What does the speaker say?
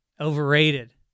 overrated